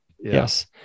yes